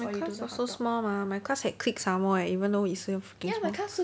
my class also small mah my class had cliques somemore eh even though we so freaking small